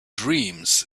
dreams